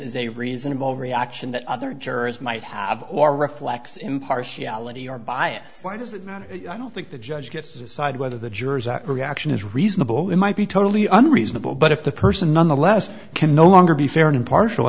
is a reasonable reaction that other jurors might have or reflects impartiality or bias why does it matter i don't think the judge gets to decide whether the jurors are reaction is reasonable it might be totally unreasonable but if the person nonetheless can no longer be fair and impartial